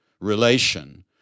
relation